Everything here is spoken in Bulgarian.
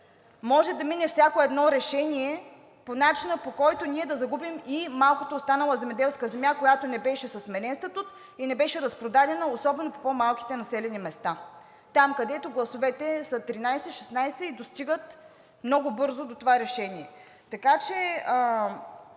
може да мине всяко едно решение по начина, по който ние да загубим и малкото останала земеделска земя, която не беше със сменен статут и не беше разпродадена, особено в по-малките населени места, там, където гласовете са 13, 16 и достигат много бързо до това решение. Има още